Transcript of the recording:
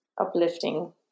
uplifting